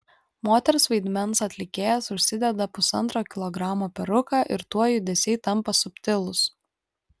moters vaidmens atlikėjas užsideda pusantro kilogramo peruką ir tuoj judesiai tampa subtilūs